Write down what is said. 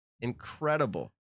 incredible